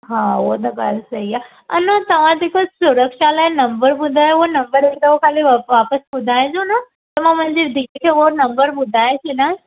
हा हुए त ॻाल्हि सई आ अञा तव्हांजी कुछ सुरक्षा लाए नंबर ॿुधायो न नंबर विधो हुओ खाली वापसि ॿुधाए जो न त मां मुंजी धीअ खे हुअ नंबर ॿुधाए छॾांसि